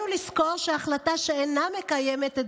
"צריך לזכור שהחלטה שאינה מקיימת את